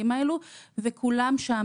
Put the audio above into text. אז לפני שאת מתחילה אני רק